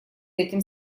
этим